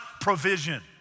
provision